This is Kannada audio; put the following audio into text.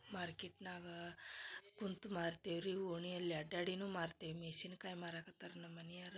ಮಾರ್ಕೆಟ್ನಾಗ ಕುಂತು ಮಾರ್ತೆವೆ ರೀ ಓಣಿಯಲ್ಲಿ ಅಡ್ಯಾಡಿನು ಮಾರ್ತೆ ಮೆಶಿನ್ಕಾಯಿ ಮಾರಕತ್ತರ ನಮ್ಮ ಮನಿಯವರು